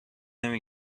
نمی